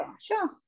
sure